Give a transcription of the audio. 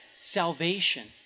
salvation